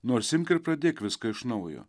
nors imk ir pradėk viską iš naujo